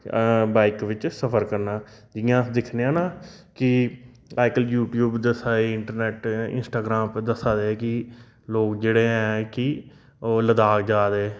bike बिच सफर करना जि'यां अस दिक्खने आं ना कि अजकल यू टयूब दस्सै दे इंटरनैट्ट इंस्टाग्राम पर दस्सै दे कि लोक जेह्ड़े ऐं कि ओह् लद्दाख जा दे